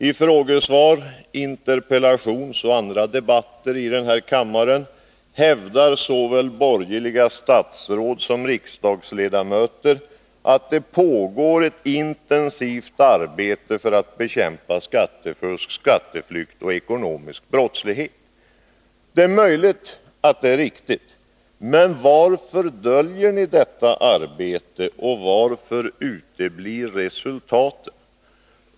I frågeoch interpellationsdebatter och i andra debatter i denna kammare hävdar såväl borgerliga statsråd som borgerliga riksdagsledamöter att det pågår ett intensivt arbete för att bekämpa skattefusk, skatteflykt och ekonomisk brottslighet. Det är möjligt att detta är riktigt. Men varför döljer ni detta arbete och varför uteblir resultaten?